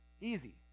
easy